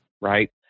Right